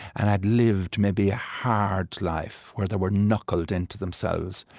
and had lived, maybe, a hard life where they were knuckled into themselves,